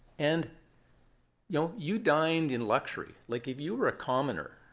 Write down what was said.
and you know you dined in luxury. like if you were a commoner,